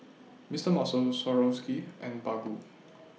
Mister Muscle Swarovski and Baggu